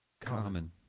common